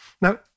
Now